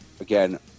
Again